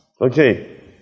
Okay